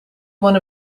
one